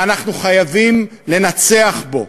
ואנחנו חייבים לנצח בו,